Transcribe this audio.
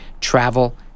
Travel